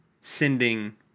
sending